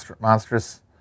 monstrous